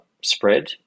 spread